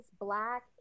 Black